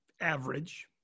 average